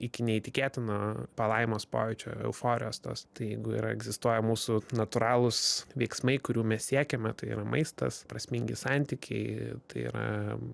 iki neįtikėtino palaimos pojūčio euforijos tos tai jeigu yra egzistuoja mūsų natūralūs veiksmai kurių mes siekiame tai yra maistas prasmingi santykiai tai yra